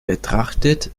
betrachtet